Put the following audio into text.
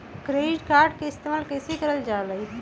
Credit card के इस्तेमाल कईसे करल जा लई?